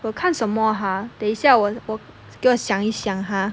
我看什么 ah 等一下我给我想一想 ah